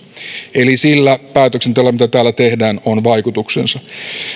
eli sillä päätöksenteolla mitä täällä tehdään on vaikutuksensa